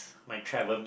my travel